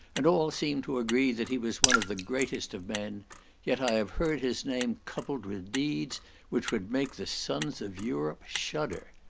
and all seem to agree that he was one of the greatest of men yet i have heard his name coupled with deeds which would make the sons of europe shudder.